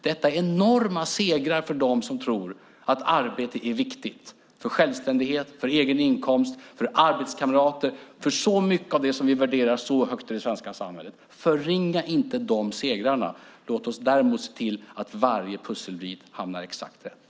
Detta är enorma segrar för dem som tror att arbete är viktigt för självständighet, för egen inkomst, för arbetskamrater och för så mycket av det som vi värderar så högt i det svenska samhället. Förringa inte dessa segrar. Låt oss däremot se till att varje pusselbit hamnar exakt rätt.